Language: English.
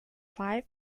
five